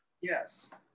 Yes